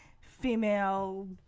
female